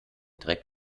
dreck